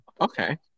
okay